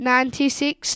Ninety-six